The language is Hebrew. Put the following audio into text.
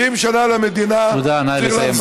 70 שנה למדינה, תודה, נא לסיים.